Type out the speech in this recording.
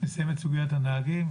נסיים את סוגיית הנהגים,